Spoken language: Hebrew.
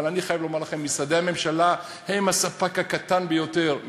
אבל אני חייב לומר לכם שמשרדי הממשלה הם הספק הקטן ביותר.